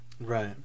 Right